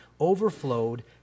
overflowed